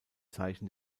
zeichen